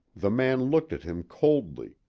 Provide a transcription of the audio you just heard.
the man looked at him coldly,